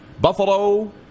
Buffalo